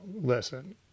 listen